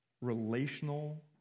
relational